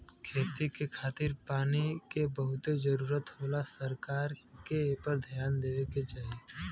खेती के खातिर पानी के बहुते जरूरत होला सरकार के एपर ध्यान देवे के चाही